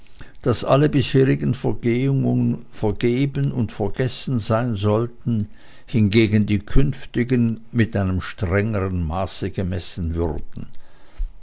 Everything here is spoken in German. daß alle bisherigen vergehungen vergeben und vergessen sein sollten hingegen die künftigen mit einem strengern maße gemessen würden